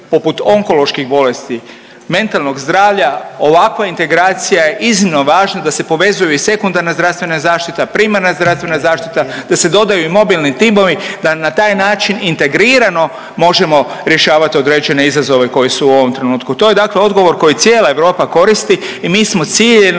poput onkoloških bolesti, mentalnog zdravlja, ovakva integracija je iznimno važna da se povezuju i sekundarna zdravstvena zaštita, primarna zdravstvena zaštita, da se dodaju i mobilni timovi, da na taj način integrirano možemo rješavati određene izazove koji su u ovom trenutku. To je dakle odgovor koji cijela Europa koristi i mi smo ciljano,